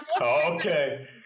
Okay